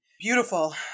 beautiful